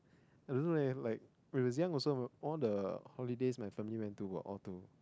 I don't know leh like when I was young also all the holidays my family went to were all to